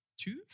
Two